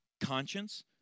conscience